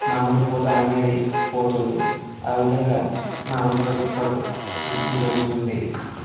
మామిడి పూత అనేది పోతుంది ఆ విధంగా మామిడి తోటలకు కూడా నష్టం జరుగుతుంది